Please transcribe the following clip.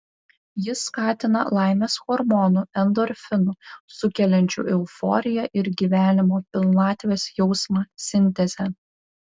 jis skatina laimės hormonų endorfinų sukeliančių euforiją ir gyvenimo pilnatvės jausmą sintezę